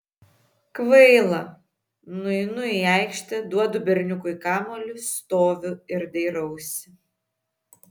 kvaila nueinu į aikštę duodu berniukui kamuolį stoviu ir dairausi